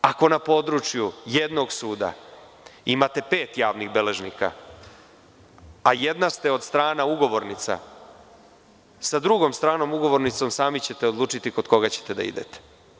Ako na području jednog suda imate pet javnih beležnika, a jedna ste od strana ugovornica, sa drugom stranom ugovornicom sami ćete odlučiti kod koga ćete da idete.